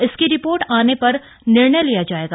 इसकी रिपोर्ट आने पर निर्णय लिया जाएगा